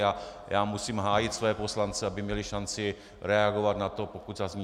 A já musím hájit své poslance, aby měli šanci reagovat na to, pokud něco zazní.